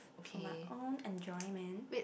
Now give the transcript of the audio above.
for my own enjoyment